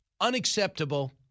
unacceptable